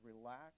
Relax